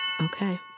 Okay